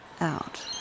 out